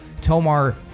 Tomar